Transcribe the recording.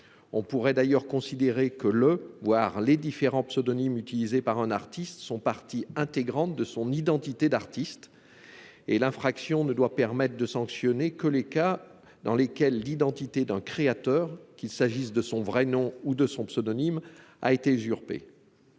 On pourrait d'ailleurs considérer que les différents pseudonymes utilisés par un artiste sont partie intégrante de son identité d'artiste. L'infraction doit permettre de sanctionner les seuls cas dans lesquels l'identité d'un créateur, qu'il s'agisse de son vrai nom ou de son pseudonyme, a été usurpée.